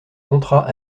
contrat